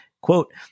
Quote